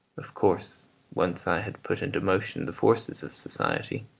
of course once i had put into motion the forces of society,